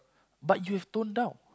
but you have toned down